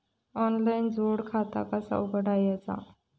Online जोड खाता कसा उघडायचा?